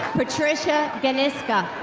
patricia genisca.